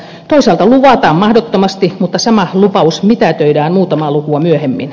toisaalta luvataan mahdottomasti mutta sama lupaus mitätöidään muutamaa lukua myöhemmin